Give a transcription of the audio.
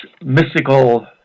mystical